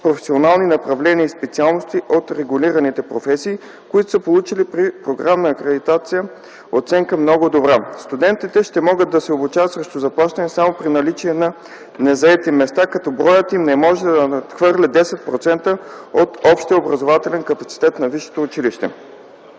професионални направления и специалности от регулираните професии, които са получили при програмна акредитация оценка „много добра”. Студентите ще могат да се обучават срещу заплащане само при наличие на незаети места, като броят им не може да надхвърля 10% от общия образователен капацитет на висшето училище.